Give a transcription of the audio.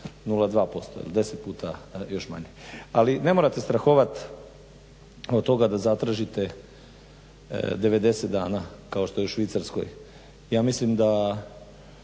0,2%, 10 puta još manje. Ali ne morate strahovat od toga da zatražite 90 dana, kako što je u Švicarskoj. Ja mislim da